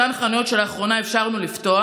אותן חנויות שלאחרונה אפשרנו לפתוח.